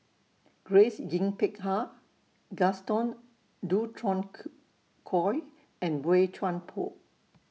Grace Yin Peck Ha Gaston Dutronquoy and Boey Chuan Poh